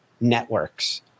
Networks